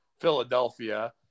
Philadelphia